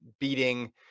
beating